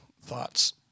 thoughts